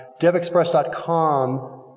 devexpress.com